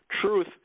Truth